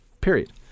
Period